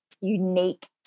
unique